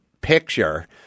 picture